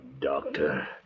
Doctor